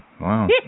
Wow